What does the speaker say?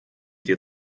dir